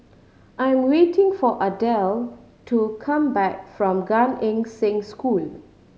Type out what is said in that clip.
I'm waiting for Ardell to come back from Gan Eng Seng School